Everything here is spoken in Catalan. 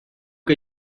que